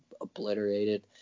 obliterated